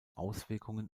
auswirkungen